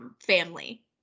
family